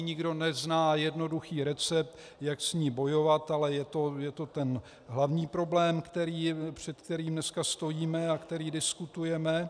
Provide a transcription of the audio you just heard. Nikdo nezná jednoduchý recept, jak s ní bojovat, ale je to ten hlavní problém, před kterým dneska stojíme a který diskutujeme.